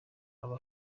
aba